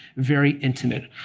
very intimate.